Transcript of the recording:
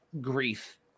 grief